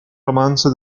romanzo